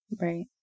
Right